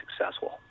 successful